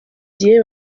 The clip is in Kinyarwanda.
gihe